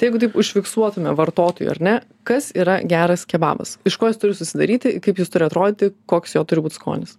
tai jeigu taip užfiksuotume vartotojui ar ne kas yra geras kebabas iš ko jis turi susidaryti kaip jis turi atrodyti koks jo turi būt skonis